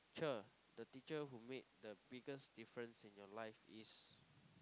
cher the teacher who made the biggest difference in your life is